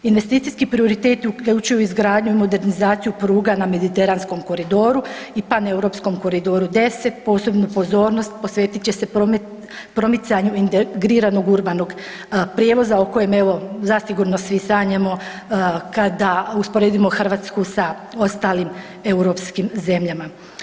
Investicijski prioriteti uključuju izgradnju i modernizaciju pruga na mediteranskom koridoru i paneuropskom koridoru 10, posebnu pozornost posvetit će se promicanju integriranog urbanog prijevoza o kojem evo zasigurno svi sanjamo kada usporedimo Hrvatsku sa ostalim europskim zemljama.